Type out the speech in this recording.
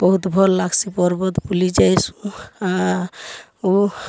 ବହୁତ୍ ଭଲ୍ ଲାଗ୍ସି ପର୍ବତ୍ ବୁଲି ଯାଏସୁଁ ଆର୍